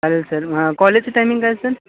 चालेल सर कॉलेजचं टाइमिंग काय सर